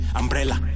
umbrella